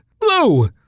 Blue